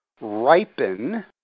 ripen